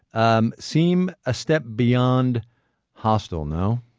um seem a step beyond hostile, no?